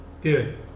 dude